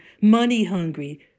money-hungry